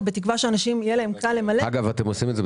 במקרה אני עמדתי בראש הוועדה הזאת ב-2015.